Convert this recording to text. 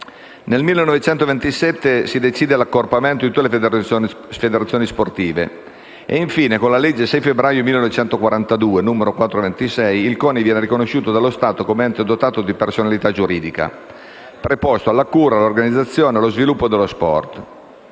Nel 1927 si decide l'accorpamento di tutte le federazioni sportive e infine, con la legge n. 426 del 6 febbraio 1942, il CONI viene riconosciuto dallo Stato come ente dotato di personalità giuridica, preposto alla cura, all'organizzazione e allo sviluppo dello sport.